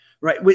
right